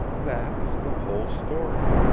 that is the whole story.